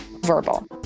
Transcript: verbal